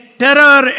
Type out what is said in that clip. terror